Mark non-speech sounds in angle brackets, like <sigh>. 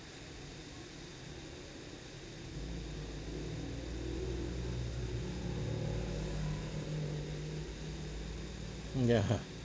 ya <laughs>